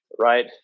Right